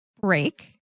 break